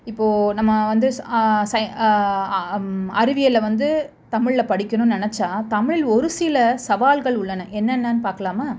இப்போ நம்ம வந்து சய் அறிவியலில் வந்து தமிழில் படிக்கணும்னு நினைச்சா தமிழ் ஒரு சில சவால்கள் உள்ளன என்னென்னன் பார்க்கலாமா